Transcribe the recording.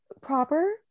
proper